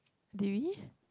did we